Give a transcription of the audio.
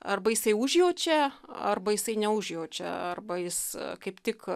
arba jisai užjaučia arba jisai neužjaučia arba jis kaip tik